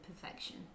perfection